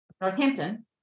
Northampton